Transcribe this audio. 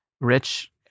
Rich